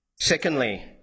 Secondly